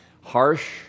Harsh